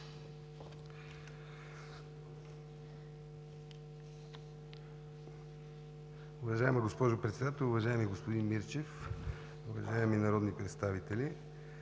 Уважаема госпожо Председател, уважаеми господин Мирчев, уважаеми народни представители!